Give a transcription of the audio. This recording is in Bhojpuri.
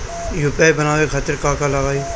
यू.पी.आई बनावे खातिर का का लगाई?